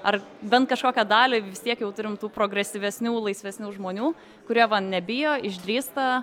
ar bent kažkokią dalį vis tiek jau turim tų progresyvesnių laisvesnių žmonių kurie va nebijo išdrįsta